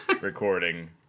recording